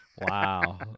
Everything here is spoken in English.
Wow